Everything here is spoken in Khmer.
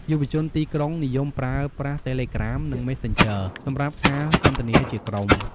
យុវជនទីក្រុងនិយមប្រើប្រាស់ តេលេក្រាម និង Messenger សម្រាប់ការសន្ទនាជាក្រុម។